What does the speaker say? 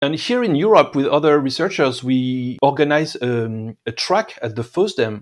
ופה באירופה, עם חוקרים אחרים, אנחנו מארגנים מסלול (track) בפוסטדאם.